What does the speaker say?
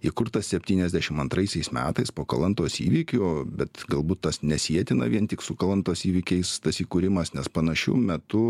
įkurtas septyniasdešim antraisiais metais po kalantos įvykių bet galbūt tas nesietina vien tik su kalantos įvykiais tas įkūrimas nes panašiu metu